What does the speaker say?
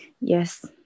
Yes